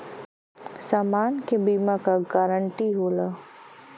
समान के बीमा क गारंटी होला